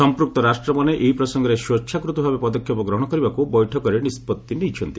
ସମ୍ପୁକ୍ତ ରାଷ୍ଟ୍ରମାନେ ଏହି ପ୍ରସଙ୍ଗରେ ସ୍ୱେଚ୍ଛାକୂତ ଭାବେ ପଦକ୍ଷେପ ଗ୍ରହଣ କରିବାକୁ ବୈଠକରେ ନିଷ୍କଭି ନେଇଛନ୍ତି